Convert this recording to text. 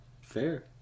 Fair